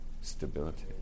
Stability